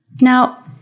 Now